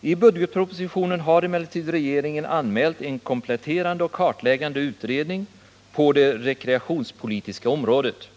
I budgetpropositionen har emellertid regeringen anmält en kompletterande och kartläggande utredning på det rekreationspolitiska området.